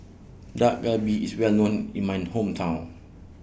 Dak Galbi IS Well known in My Hometown